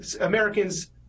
Americans